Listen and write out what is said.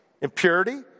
impurity